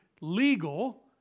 legal